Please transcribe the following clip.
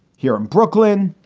here in brooklyn,